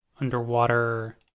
underwater